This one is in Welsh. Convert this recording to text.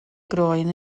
groen